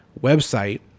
website